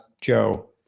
joe